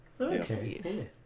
okay